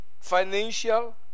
financial